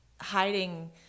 hiding